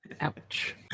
Ouch